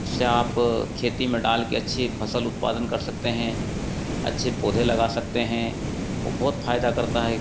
उसे आप खेती में डाल के अच्छी फसल उत्पादन कर सकते हैं अच्छे पौधे लगा सकते हैं वो बहुत फायदा करता है